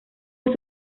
sus